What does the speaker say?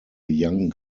young